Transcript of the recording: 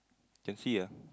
can see ah